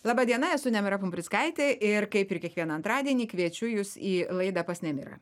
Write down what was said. laba diena esu nemira pumprickaitė ir kaip ir kiekvieną antradienį kviečiu jus į laidą pas nemirą